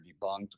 debunked